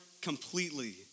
completely